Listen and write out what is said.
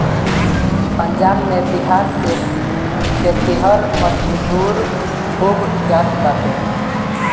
पंजाब में बिहार से खेतिहर मजूर खूब जात बाने